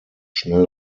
schnell